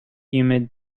humid